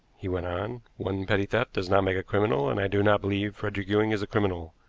he went on. one petty theft does not make a criminal, and i do not believe frederick ewing is a criminal.